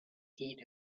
heat